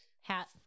hat